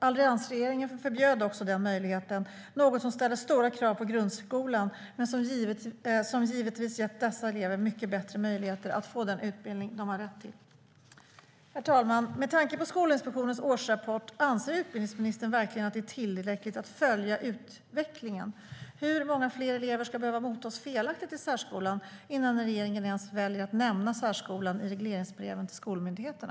Alliansregeringen förbjöd också den möjligheten, något som ställer stora krav på grundskolan men som givetvis har gett dessa elever bättre möjligheter att få den utbildning de har rätt till. Herr talman! Med tanke på Skolinspektionens årsrapport, anser utbildningsministern verkligen att det är tillräckligt att följa utvecklingen? Hur många fler elever ska behöva mottas felaktigt i särskolan innan regeringen ens väljer att nämna särskolan i regleringsbreven till skolmyndigheterna?